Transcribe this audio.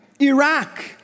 Iraq